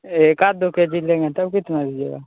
एकाद दो K G लेंगे तब कितना लीजिएगा